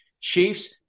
Chiefs